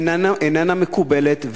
איננה מקובלת,